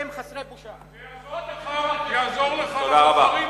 בבקשה להוריד אותו מהבמה.